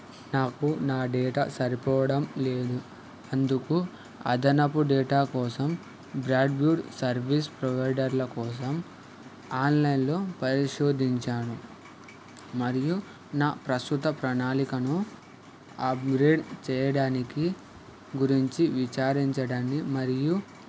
నాకు నా డేటాసరిపోవడం లేదు అందుకు అదనపు డేటా కోసం బ్రాడ్బ్యాండ్ సర్వీస్ ప్రొవైడర్ల కోసం ఆన్లైన్లో పరిశోధించాను మరియు నా ప్రస్తుత ప్రణాళికను అప్గ్రేడ్ చెయ్యడం గురించి విచారించడానికి మరియు